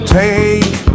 take